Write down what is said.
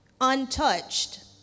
untouched